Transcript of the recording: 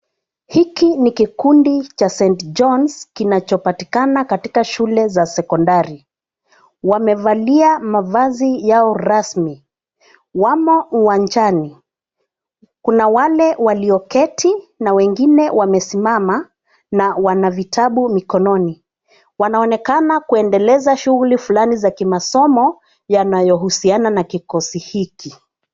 Hiki ni kikundi cha Saint John's kinachopatikana katika shule za sekondari. Wamevalia mavazi yao rasmi. Wamo uwanjani. Kuna wale walioketi na wengine wamesimama na wana vitabu mikononi. Wanaonekana kuendeleza shughuli fulani za kimasomo yanayohusiana na kikosi hiki.